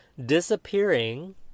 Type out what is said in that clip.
disappearing